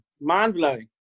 Mind-blowing